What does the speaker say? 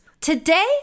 Today